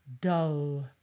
dull